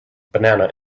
banana